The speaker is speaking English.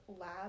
lab